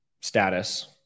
status